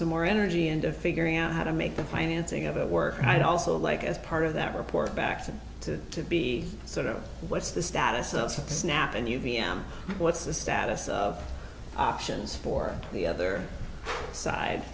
some more energy into figuring out how to make the financing of it work i'd also like as part of that report back said to be sort of what's the status of snap and you v m what's the status of options for the other side